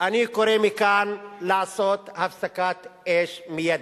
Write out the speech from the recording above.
אני קורא מכאן לעשות הפסקת אש מיידית,